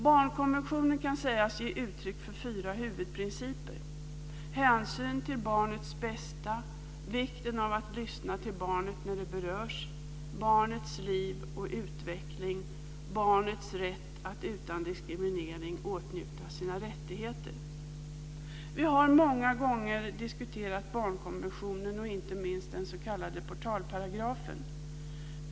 Barnkonventionen kan sägas ge uttryck för fyra huvudprinciper 1. hänsyn till barnets bästa 2. vikten av att lyssna till barnet när det berörs 4. barnets rätt att utan diskriminering åtnjuta sina rättigheter. Vi har många gånger diskuterat barnkonventionen och inte minst den s.k. portalparagrafen.